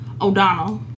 O'Donnell